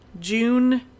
June